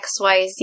XYZ